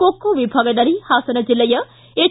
ಕೊಕ್ಕೊ ವಿಭಾಗದಲ್ಲಿ ಹಾಸನ ಜಿಲ್ಲೆಯ ಎಚ್